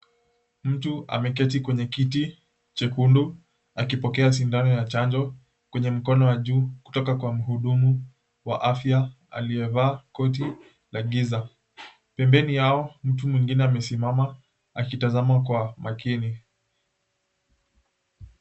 Mtu ameketi kwenye kiti chekundu akipokea sindano ya chanjo kwenye mkono wa juu kutoka kwa mhudumu wa afya aliyevaa koti la giza, pembeni yao mtu mwengine amesimama akitazama kwa makini.